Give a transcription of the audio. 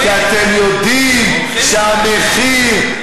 כי אתם יודעים שהמחיר,